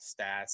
stats